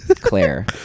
Claire